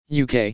uk